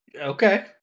Okay